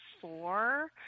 four